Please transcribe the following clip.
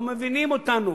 לא מבינים אותנו.